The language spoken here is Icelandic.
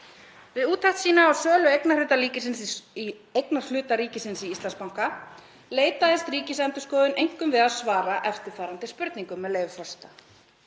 Við úttekt sína á sölu eignarhluta ríkisins í Íslandsbanka leitaðist Ríkisendurskoðun einkum við að svara eftirfarandi spurningum, með leyfi forseta: